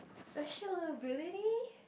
special ability